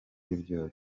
byo